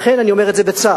לכן אני אומר את זה בצער,